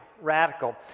Radical